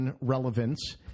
relevance